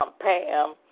Pam